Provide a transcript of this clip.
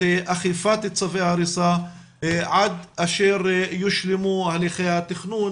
את אכיפת צווי ההריסה עד אשר יושלמו הליכי התכנון